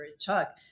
Chuck